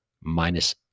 minus